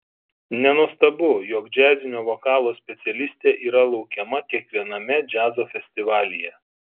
nenuostabu jog džiazinio vokalo specialistė yra laukiama kiekviename džiazo festivalyje